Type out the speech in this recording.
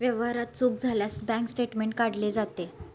व्यवहारात चूक झाल्यास बँक स्टेटमेंट काढले जाते